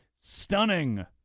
Stunning